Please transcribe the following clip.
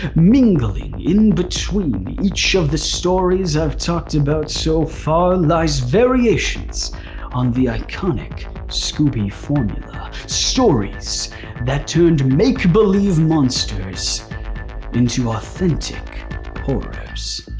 mingling in between each of the stories i've talked about so far lies variations on the iconic scooby formula stories that turned make-believe monsters into authentic horrors.